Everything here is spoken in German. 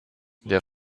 der